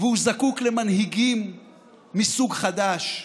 והוא זקוק למנהיגים מסוג חדש.